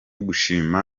gushima